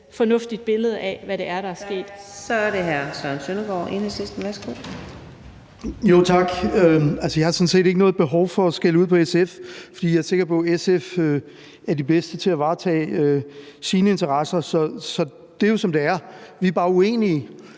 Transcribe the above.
næstformand (Karina Adsbøl): Tak. Så er det hr. Søren Søndergaard, Enhedslisten. Værsgo. Kl. 15:47 Søren Søndergaard (EL): Tak. Jeg har sådan set ikke noget behov for at skælde ud på SF, for jeg er sikker på, at SF er de bedste til at varetage deres interesser, så det er jo, som det er. Vi er bare uenige.